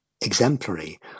exemplary